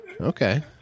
Okay